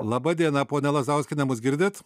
laba diena ponia lazauskiene mus girdit